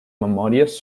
memòries